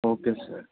okay sir